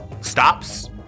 stops